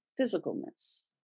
physicalness